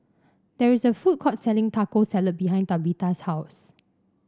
there is a food court selling Taco Salad behind Tabitha's house